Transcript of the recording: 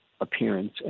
appearance